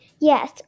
Yes